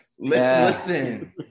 listen